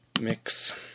mix